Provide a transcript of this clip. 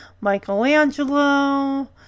Michelangelo